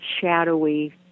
shadowy